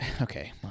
okay